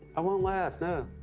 i won't laugh, no.